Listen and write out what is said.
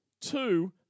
Two